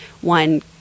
One